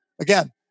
Again